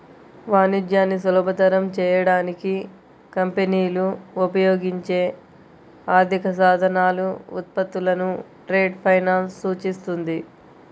వాణిజ్యాన్ని సులభతరం చేయడానికి కంపెనీలు ఉపయోగించే ఆర్థిక సాధనాలు, ఉత్పత్తులను ట్రేడ్ ఫైనాన్స్ సూచిస్తుంది